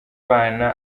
bana